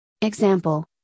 example